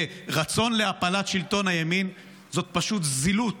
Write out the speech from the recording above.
ברצון להפלת שלטון הימין, זאת פשוט זילות